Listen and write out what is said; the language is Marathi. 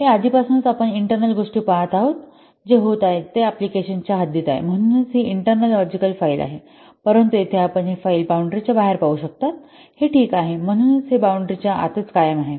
हे आधीपासूनच आपण इंटर्नल गोष्टी पहात आहोत जे हे होत आहे ते अँप्लिकेशन च्या हद्दीत आहे म्हणूनच ही इंटर्नल लॉजिकल फाईल आहे परंतु येथे आपण ही फाईल बॉउंडरी च्या बाहेर पाहू शकता हे ठीक आहे म्हणूनच हे बॉउंडरी च्या आतच कायम आहे